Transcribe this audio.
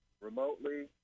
remotely